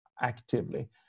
actively